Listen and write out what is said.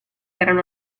erano